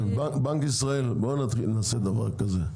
בנק ישראל, בואו נעשה דבר כזה,